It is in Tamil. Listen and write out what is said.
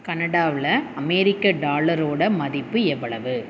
கனடாவில் அமெரிக்க டாலரோடய மதிப்பு எவ்வளவு